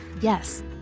Yes